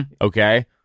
Okay